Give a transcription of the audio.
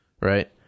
right